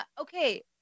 okay